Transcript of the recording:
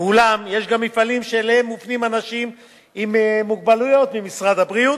ואולם יש גם מפעלים שאליהם מופנים אנשים עם מוגבלות ממשרד הבריאות,